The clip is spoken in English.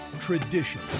tradition